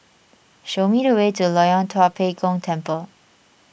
show me the way to Loyang Tua Pek Kong Temple